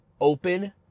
open